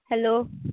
hello